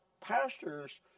pastors